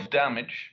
damage